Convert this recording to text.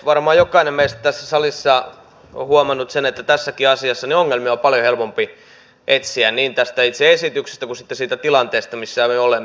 varmaan jokainen meistä tässä salissa on huomannut sen että tässäkin asiassa ongelmia on paljon helpompi etsiä niin tästä itse esityksestä kuin sitten siitä tilanteesta missä me olemme